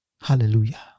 Hallelujah